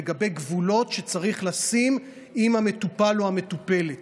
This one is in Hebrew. לגבי גבולות שצריך לשים עם המטופל או המטופלת.